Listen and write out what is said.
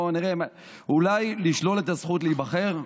אולי לשלול את הזכות להיבחר?